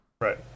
Right